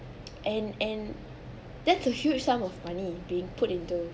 and and that's a huge sum of money being put into